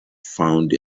found